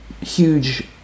huge